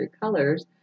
colors